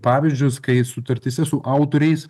pavyzdžius kai sutartyse su autoriais